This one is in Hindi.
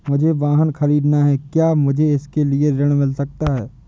मुझे वाहन ख़रीदना है क्या मुझे इसके लिए ऋण मिल सकता है?